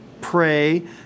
pray